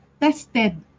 tested